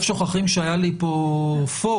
שוכחים שהיה לי פור,